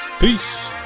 Peace